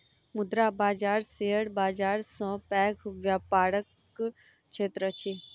मुद्रा बाजार शेयर बाजार सॅ पैघ व्यापारक क्षेत्र अछि